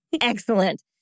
Excellent